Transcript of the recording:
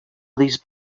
these